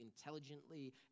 intelligently